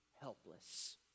helpless